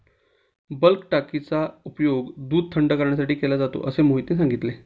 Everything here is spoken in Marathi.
बल्क टाकीचा उपयोग दूध थंड करण्यासाठी केला जातो असे मोहितने सांगितले